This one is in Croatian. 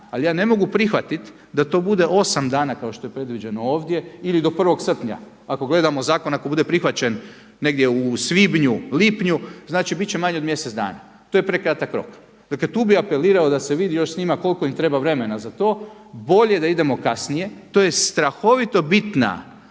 ali ja ne mogu prihvatit da to bude 8 dana kao što je predviđeno ovdje ili do 1. srpnja ako gledamo zakon, ako bude prihvaćen negdje u svibnju, lipnju, znači bit će manje od mjesec dana. To je prekratak rok. Dakle, tu bih apelirao da se vidi još s njima koliko ima treba vremena za to. Bolje da idemo kasnije. To je strahovito bitna